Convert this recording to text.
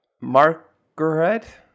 Margaret